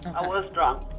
i was drunk.